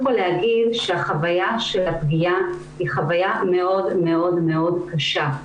החוויה של הפגיעה היא חוויה מאוד מאוד קשה.